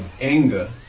anger